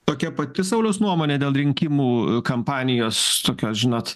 tokia pati sauliaus nuomonė dėl rinkimų kampanijos tokios žinot